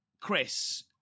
Chris